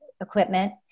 equipment